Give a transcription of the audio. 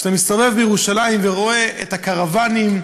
כשאתה מסתובב בירושלים ורואה את הקרוואנים,